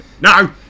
No